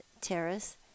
terrace